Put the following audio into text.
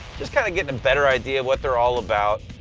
just kind of getting a better idea of what they're all about,